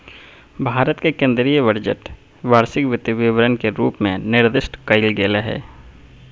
भारत के केन्द्रीय बजट वार्षिक वित्त विवरण के रूप में निर्दिष्ट कइल गेलय हइ